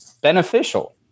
beneficial